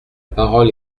parole